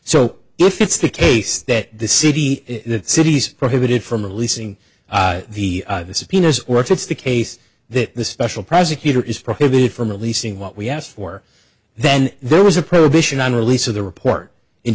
so if it's the case that the city the city's prohibited from releasing the subpoenas or it's the case that the special prosecutor is prohibited from releasing what we asked for then there was a prohibition on release of the report